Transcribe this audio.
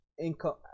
income